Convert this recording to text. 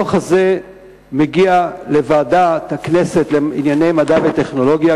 הדוח הזה מגיע לוועדת הכנסת לענייני מדע וטכנולוגיה,